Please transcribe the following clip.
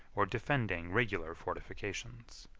or defending regular fortifications.